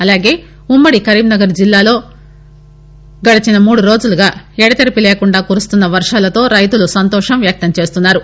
అలాగే ఉమ్మడి కరీంనగర్ జిల్లాలో గడిచిన మూడు రోజులుగా ఎడదెరిపి లేకుండా కురుస్తున్న వర్వాలతో రైతులు సంతోషం వ్యక్తం చేస్తున్నారు